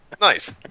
Nice